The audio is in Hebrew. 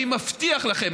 אני מבטיח לכם,